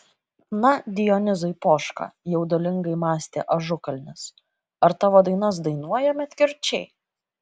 na dionizai poška jaudulingai mąstė ažukalnis ar tavo dainas dainuoja medkirčiai